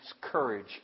courage